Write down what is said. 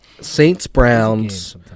Saints-Browns